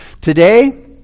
Today